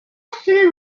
still